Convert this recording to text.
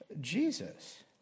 Jesus